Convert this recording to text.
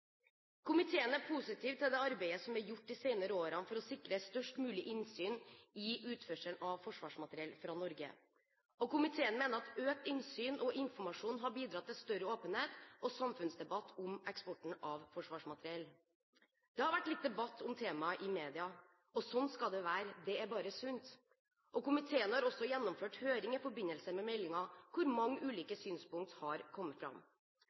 Komiteen er positiv til det arbeidet som er gjort de senere årene for å sikre størst mulig innsyn i utførselen av forsvarsmateriell fra Norge. Komiteen mener at økt innsyn og informasjon har bidratt til større åpenhet og samfunnsdebatt om eksporten av forsvarsmateriell. Det har vært litt debatt om temaet i media, og sånn skal det være, det er bare sunt. Komiteen har også gjennomført høring i forbindelse med meldingen, hvor mange ulike synspunkter har kommet fram.